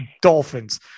dolphins